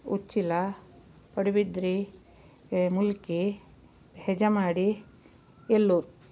Uchila Padubidri Mulki Hejamadi Ellur